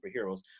superheroes